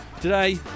today